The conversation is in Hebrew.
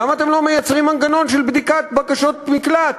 למה אתם לא מייצרים מנגנון של בדיקת בקשות מקלט?